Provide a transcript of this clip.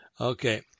Okay